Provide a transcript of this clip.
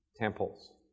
temples